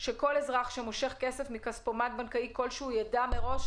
כך שכל אזרח שמושך כסף מכספומט בנקאי כלשהו ידע מראש